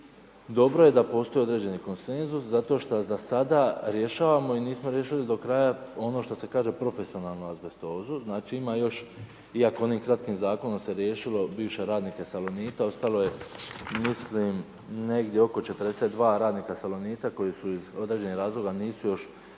Dobro je da postoji određeni konsenzus zato što za sada rješavamo i nismo riješili do kraja ono što se kaže profesionalno azbestozu. Znači ima još iako u onim kratkim zakonom se riješilo bivše radnike salonita, ostalo je mislim negdje oko 42 radnika salonita koji iz određenih razloga nisu još